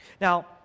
Now